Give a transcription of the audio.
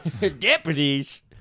Deputies